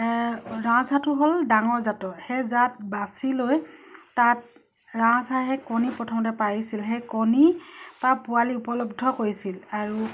ৰাজহাঁহটো হ'ল ডাঙৰ জাতৰ সেই জাত বাচি লৈ তাত ৰাজহাঁহে কণী প্ৰথমতে পাৰিছিল সেই কণীৰ পৰা পোৱালি উপলব্ধ কৰিছিল আৰু